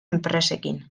enpresekin